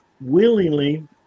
willingly